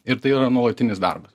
ir tai yra nuolatinis darbas